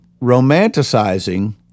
romanticizing